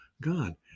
God